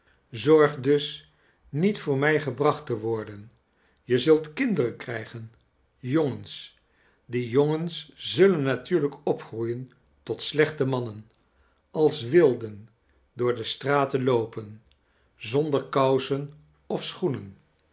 dus niet voor mij gebracht te worden je zult kinderen krijgen jongens die jongens zullen natuurlijk opgroeien tot slechte mannen als wilden door de straten loopen zonder kousen of schoenen